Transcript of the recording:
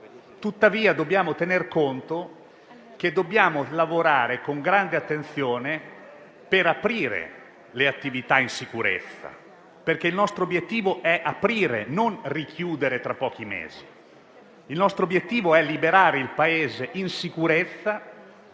Dobbiamo però tener conto che dobbiamo lavorare con grande attenzione per aprire le attività in sicurezza, perché il nostro obiettivo è aprire, e non richiudere tra pochi mesi. Il nostro obiettivo è liberare il Paese in sicurezza